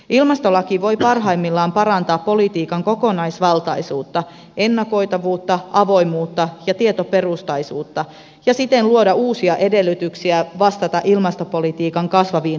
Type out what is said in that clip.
ilmastolaki voi parhaimmillaan parantaa politiikan kokonaisvaltaisuutta ennakoitavuutta avoimuutta ja tietoperustaisuutta ja siten luoda uusia edellytyksiä vastata ilmastopolitiikan kasvaviin haasteisiin